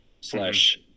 slash